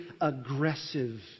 aggressive